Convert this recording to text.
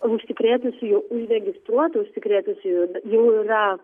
užsikrėtusiųjų užregistruotų užsikrėtusiųjų jau yra